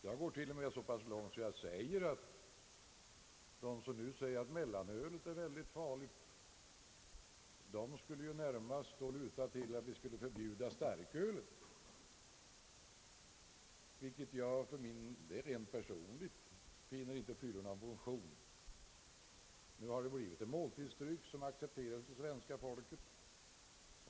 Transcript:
Jag går till och med så pass långt att jag anser att de som nu säger att mellanöl är väldigt farligt först och främst borde söka införa ett förbud mot starköl, vilket jag personligen inte finner fylla någon funktion. Nu har starköl blivit en måltidsdryck, som accepteras av svenska folket.